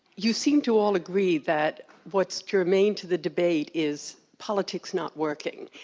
you seem to all agree that what's germane to the debate is politics not working.